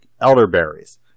elderberries